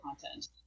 content